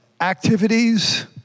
Activities